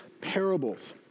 parables